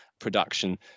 Production